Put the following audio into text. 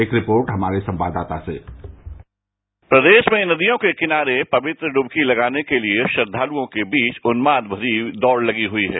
एक रिपोर्ट हमारे संवाददाता से प्रदेश में नदियों के किनारे पवित्र ड्बकी लगाने के लिए श्रद्धालुओं के बीच उन्मादभरी दौड लगी हुई है